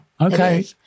Okay